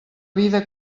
vida